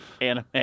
anime